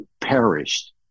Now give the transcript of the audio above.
perished